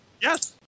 Yes